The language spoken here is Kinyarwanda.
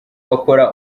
bakora